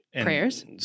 Prayers